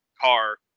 car